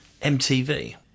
mtv